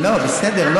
לא, בסדר.